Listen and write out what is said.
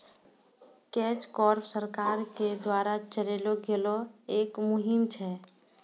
catch crop सरकार के द्वारा चलैलो गेलो एक मुहिम छै